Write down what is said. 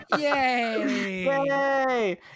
Yay